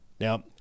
Now